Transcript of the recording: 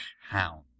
hound